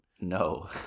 no